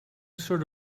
sort